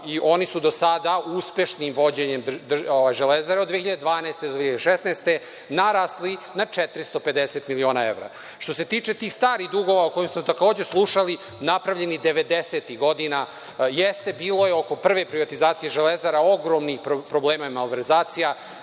i oni su do sada uspešnim vođenjem, „Železara“ od 2012. do 2016. godine narasli na 450 miliona evra. Što se tiče tih starih dugova o kojima smo takođe slušali, napravljen je 90-ih godina. Jeste, bilo je oko prve privatizacije „Železare“ ogromnih problema i malverzacija,